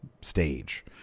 stage